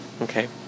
Okay